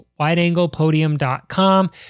wideanglepodium.com